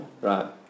right